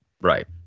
right